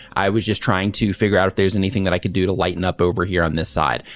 i was just trying to figure out if there's anything that i could do to lighten up over here on this side.